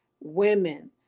women